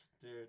dude